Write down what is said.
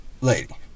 Lady